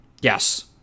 Yes